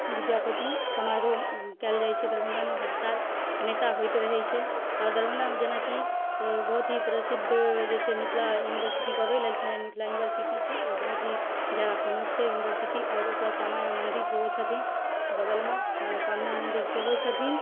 विद्यापति समारोह कएल जाइ छै दरभङ्गामे हर साल हमेशा होइत रहै छै आओर दरभङ्गामे जेनाकि बहुत ही प्रसिद्ध जे छै मिथिला यूनिवर्सिटी कहबै ललित नारायण मिथिला यूनिवर्सिटी छै ओ बहुत ही ज्यादा फेमस छै यूनिवर्सिटी आओर ओतऽ श्यामा माइ मन्दिर सेहो छथिन बगलमे मनोकामना मन्दिर सेहो छथिन